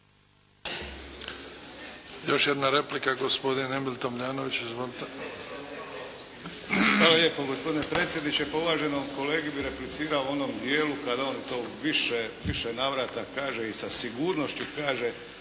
Još jedna replika gospodin Emil Tomljanović. Izvolite.